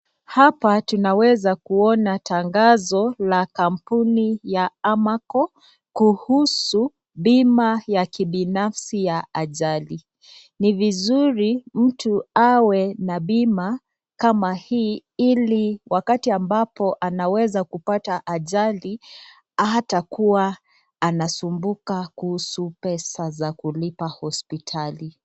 Hapa tunaweza kuona tangazo la kampuni ya Amaco kuhusu bima ya kibinafsi ya ajali. Ni vizuri mtu awe na bima kama hii ili wakati ambapo anaweza kupata ajali hatakuwa anasumbuka kuhusu pesa za kulipa hospitali.